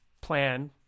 plan